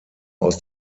aus